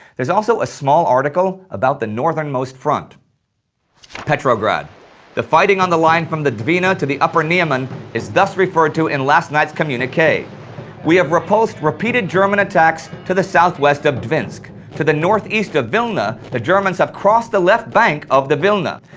there's also a small article about the northernmost front petrograd the fighting on the line from the dwina to the upper niemen is thus referred to in last night's communique we have repulsed repeated german attacks to the southwest of dvinsk. to the northeast of vilna the germans have crossed the left bank of the vilna.